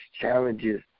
challenges